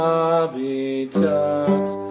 Habitats